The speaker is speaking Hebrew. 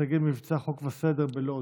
הישגי מבצע חוק וסדר בלוד.